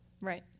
right